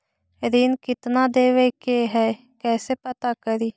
ऋण कितना देवे के है कैसे पता करी?